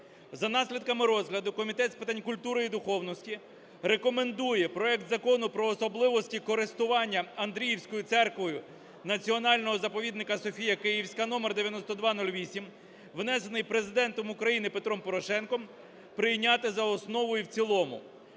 За наслідками розгляду Комітет з питань культури і духовності рекомендує проект Закону про особливості користування Андріївською церквою Національного заповідника "Софія Київська" (№9208), внесений Президентом України Петром Порошенко, прийняти за основу і в цілому.